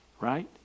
right